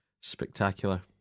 Spectacular